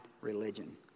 religion